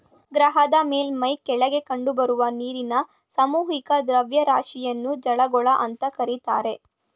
ಗ್ರಹದ ಮೇಲ್ಮೈ ಕೆಳಗೆ ಕಂಡುಬರುವ ನೀರಿನ ಸಾಮೂಹಿಕ ದ್ರವ್ಯರಾಶಿಯನ್ನು ಜಲಗೋಳ ಅಂತ ಕರೀತಾರೆ